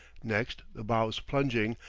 next, the bows plunging,